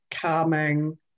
calming